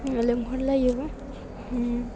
लिंहरलायो एबा